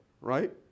right